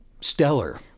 stellar